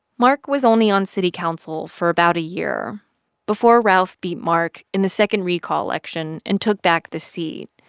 mark was only on city council for about a year before ralph beat mark in the second recall election and took back the seat.